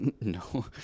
No